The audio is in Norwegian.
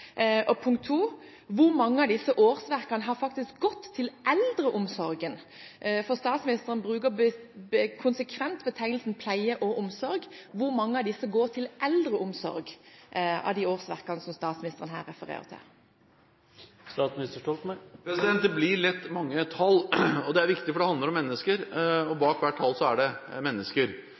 Hvor mange av disse årsverkene har faktisk gått til eldreomsorgen? Statsministeren bruker konsekvent betegnelsen «pleie og omsorg». Hvor mange av disse årsverkene som statsministeren refererer til, går til eldreomsorg? Det blir lett mange tall. Det er viktig, for det handler om mennesker – bak hvert tall er det mennesker.